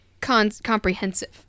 comprehensive